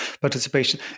participation